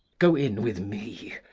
go in with me.